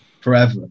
forever